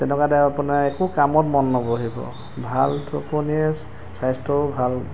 তেনেকুৱাতে আপোনাৰ একো কামত মন নবহিব ভাল টোপনিয়ে স্বাস্থ্যৰো ভাল